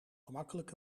gemakkelijk